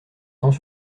temps